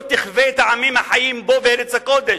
לא תכווה את העמים החיים פה בארץ הקודש?